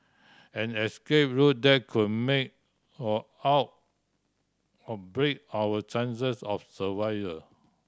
an escape route that could make or out or break our chances of survival